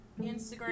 Instagram